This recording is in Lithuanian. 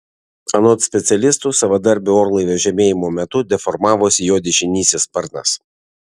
anot specialistų savadarbio orlaivio žemėjimo metu deformavosi jo dešinysis sparnas